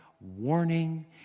warning